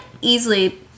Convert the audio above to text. easily